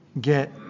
get